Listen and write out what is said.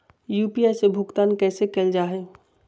UPI से भुगतान कैसे कैल जहै?